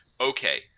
okay